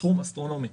סכום אסטרונומי.